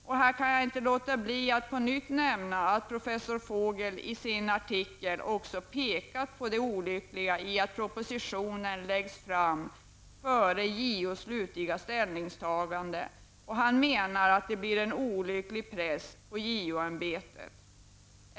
Jag kan inte låta bli att här på nytt nämna att professor Vogel i sin artikel också pekat på det olyckliga i att propositionen läggs fram före JOs slutliga ställningstagande. Han menar att det blir en olycklig press på JO-ämbetet.